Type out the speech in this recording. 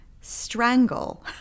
strangle